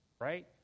right